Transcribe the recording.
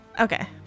Okay